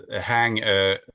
hang